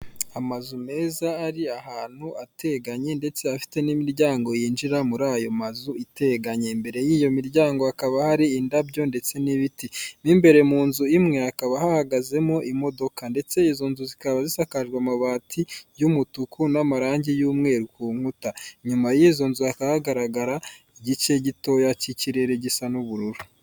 Iri ngiri ni idarapo ry'u Rwanda rya kera mbere ya jenoside y'abatutsi muri maganakenda mirongo ikenda nakane iri ni idarapo bakoreshaga nyuma yago bahinduye idarapo tukaba dufie idarapo rishyashya.